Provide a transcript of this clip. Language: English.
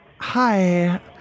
Hi